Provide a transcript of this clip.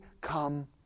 come